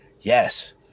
Yes